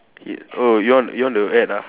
oh you want you want to add ah